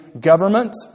government